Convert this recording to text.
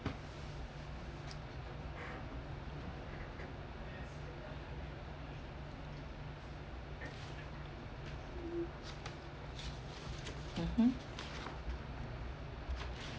mmhmm